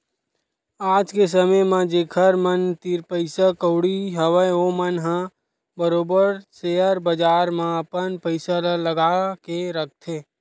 आज के समे म जेखर मन तीर पइसा कउड़ी हवय ओमन ह बरोबर सेयर बजार म अपन पइसा ल लगा के रखथे